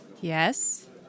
Yes